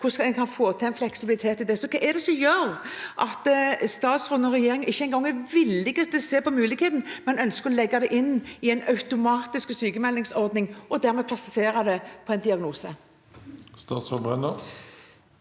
hvordan en kan få til en fleksibilitet. Hva er det som gjør at statsråden og regjeringen ikke engang er villig til å se på muligheten, men ønsker å legge det inn i en automatisk sykmeldingsordning og dermed basere det på en diagnose?